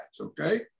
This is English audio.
Okay